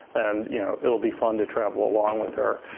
and you know it'll be fun to travel along with her.